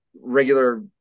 regular